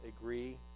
agree